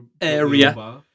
area